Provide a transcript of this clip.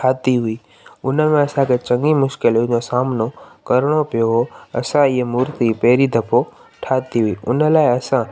ठाही हुई हुन में असांखे चङी मुश्किलातुनि जो सामनो करणो पियो हुओ असां इहा मुर्ती पहिरीं दफ़ो ठाही हुई हुन लाइ असां